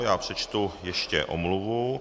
Já přečtu ještě omluvu.